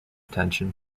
tension